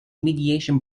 mediation